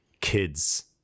kids